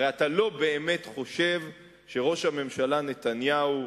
הרי אתה לא באמת חושב שראש הממשלה נתניהו,